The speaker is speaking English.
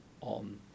on